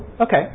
Okay